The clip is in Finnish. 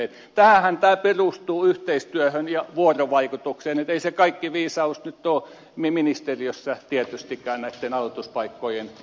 tähänhän tämä perustuu yhteistyöhön ja vuorovaikutukseen että ei se kaikki viisaus nyt ole ministeriössä tietystikään näitten aloituspaikkojen suhteen